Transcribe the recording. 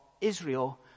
Israel